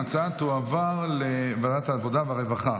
ההצעה תועבר לוועדת העבודה והרווחה.